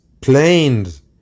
Planes